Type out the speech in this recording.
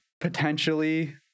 potentially